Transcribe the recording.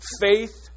Faith